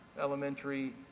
elementary